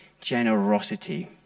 generosity